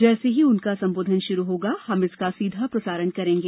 जैसे ही संबोधन शुरू होगा हम इसका सीधा प्रसारण करेंगे